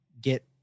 get